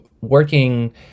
working